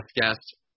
guest